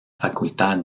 facultad